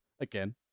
again